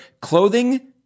clothing